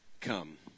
come